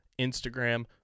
Instagram